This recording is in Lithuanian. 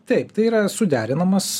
taip tai yra suderinama su